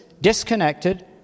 disconnected